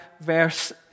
verse